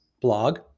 blog